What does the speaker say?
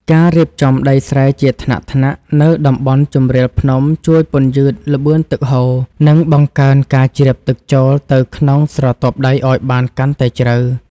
ការរៀបចំដីស្រែជាថ្នាក់ៗនៅតំបន់ជម្រាលភ្នំជួយពន្យឺតល្បឿនទឹកហូរ និងបង្កើនការជ្រាបទឹកចូលទៅក្នុងស្រទាប់ដីឱ្យបានកាន់តែជ្រៅ។